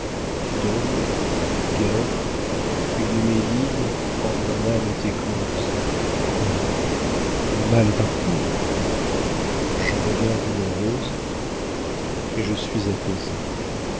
deuil guerre une euménide en mon âme est éclose quoi le mal est partout je regarde une rose et je suis apaisé